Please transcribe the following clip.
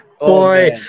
Boy